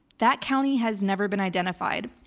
that county has never been identified.